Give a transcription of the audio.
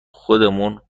خودمون